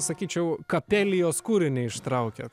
sakyčiau kapelijos kūrinį ištraukėt